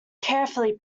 carefully